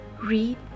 Read